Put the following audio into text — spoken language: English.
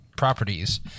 Properties